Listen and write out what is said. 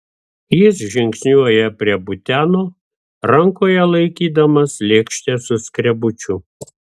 jis žingsniuoja prie buteno rankoje laikydamas lėkštę su skrebučiu